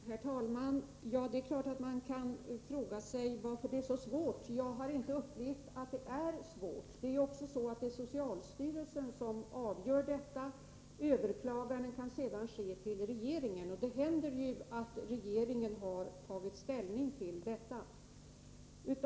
Herr talman! Det är klart att man kan fråga sig varför det är så svårt att få rättelse. Men jag har inte upplevt att det är svårt. Det är socialstyrelsen som avgör dessa ärenden. Överklagande kan sedan ske till regeringen, och det händer att regeringen har tagit ställning till sådana här fall.